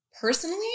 Personally